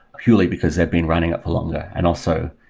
purely because they've been running up for longer. and also,